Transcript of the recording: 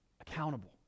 accountable